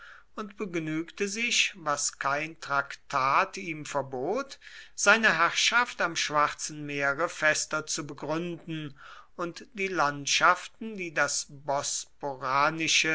und begnügte sich was kein traktat ihm verbot seine herrschaft am schwarzen meere fester zu begründen und die landschaften die das